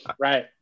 Right